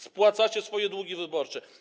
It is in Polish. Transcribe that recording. Spłacacie swoje długi wyborcze.